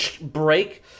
break